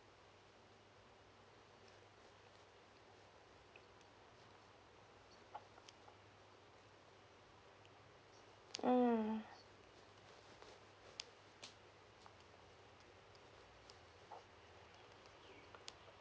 mm